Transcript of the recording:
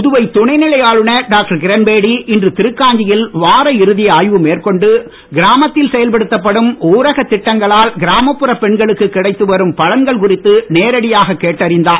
புதுவை துணைநிலை ஆளுநர் டாக்டர் கிரண்பேடி இன்று திருகாஞ்சியில் வார இறுதி ஆய்வு மேற்கொண்டு கிராமத்தில் செயல்படுத்தப்படும் ஊரகத் திட்டங்களால் கிராமப்புற பெண்களுக்கு கிடைத்து வரும் பலன்கள் குறித்து நேரடியாக கேட்டறிந்தார்